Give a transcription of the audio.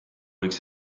võiks